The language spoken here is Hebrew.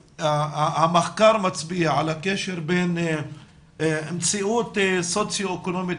המחקר מצביע על הקשר בין מציאות סוציואקונומית